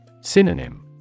Synonym